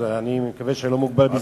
אז אני מקווה שאני לא מוגבל בזמן.